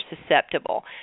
susceptible